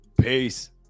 peace